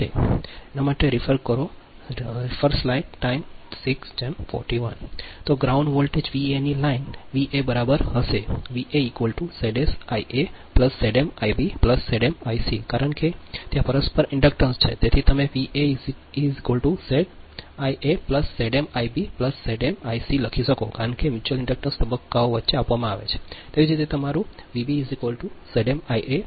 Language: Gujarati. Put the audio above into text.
તો ગ્રાઉન્ડ વોલ્ટેજ વીએ ની લાઇન વીએ બરાબર હશે કારણ કે ત્યાં પરસ્પર ઇન્ડક્ટન્સ છે તેથી તમે V a is Z Ia Zm Ib Zm I લખી શકો છો કારણ કે મ્યુચ્યુઅલ ઇન્ડક્ટન્સ તબક્કાઓ વચ્ચે આપવામાં આવે છે